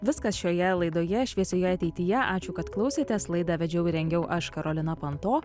viskas šioje laidoje šviesioje ateityje ačiū kad klausėtės laidą vedžiau ir rengiau aš karolina panto